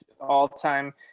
all-time